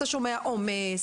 אתה שומע עומס,